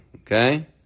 okay